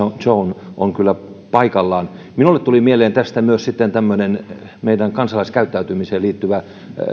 zone on kyllä paikallaan minulle tuli mieleen tästä myös sitten tämmöinen meidän kansalaiskäyttäytymiseemme liittyvä